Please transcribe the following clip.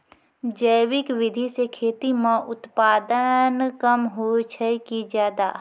जैविक विधि से खेती म उत्पादन कम होय छै कि ज्यादा?